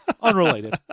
Unrelated